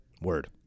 word